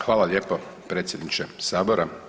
Hvala lijepo predsjedniče Sabora.